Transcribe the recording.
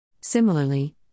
Similarly